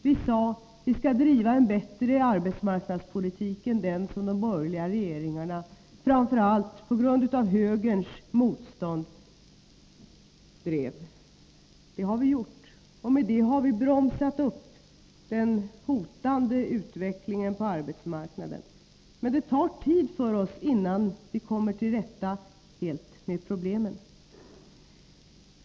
Vi sade att vi skulle driva en bättre arbetsmarknadspolitik än den som de borgerliga regeringarna — framför allt på grund av högerns motstånd — drev. Det har vi gjort. Och med det har vi bromsat upp den hotande utvecklingen på arbetsmarknaden. Men det tar tid för oss innan vi helt kommer till rätta med problemen.